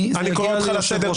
אני קורא אותך לסדר.